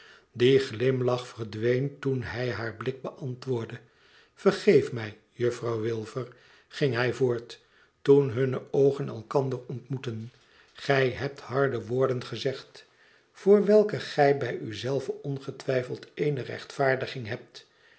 die glimlach verdween toen hij haar blik beantwoordde vergeef mij juffirouw wilfer ging hij voort toen hunne oogen elkander ontmoetten gij hebt harde woorden gezegd voor welke gij bij u zelve ongetwijfeld eene rechtvaardiging hebt